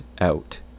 out